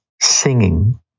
singing